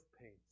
pains